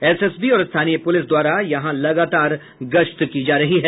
SSB और स्थानीय police द्वारा यहां लगातार गश्त की जा रही है